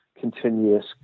continuous